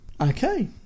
Okay